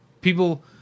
people